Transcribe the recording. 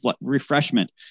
refreshment